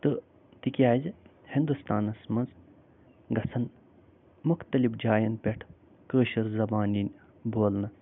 تہٕ تِکیٛازِ ہندوستانس منٛز گَژھن مُختلِف جاین پٮ۪ٹھ کٲشِر زبان یِنۍ بولنہٕ